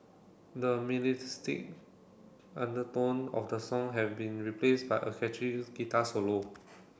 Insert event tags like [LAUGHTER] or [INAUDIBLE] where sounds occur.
the [UNINTELLIGIBLE] undertone of the song have been replaced by a catchy guitar solo